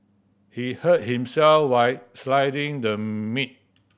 he hurt himself while slicing the meat